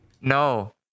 No